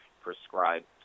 prescribed